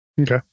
Okay